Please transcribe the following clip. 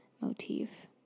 motif